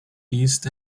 east